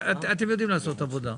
אתם יודעים לעשות עבודה.